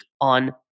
on